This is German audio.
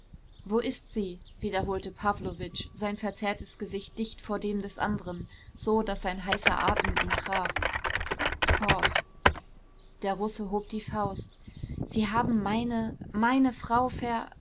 wo ist sie wiederholte pawlowitsch sein verzerrtes gesicht dicht vor dem des anderen so daß sein heißer atem ihn traf fort der russe hob die faust sie haben meine meine frau